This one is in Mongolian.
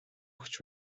өгч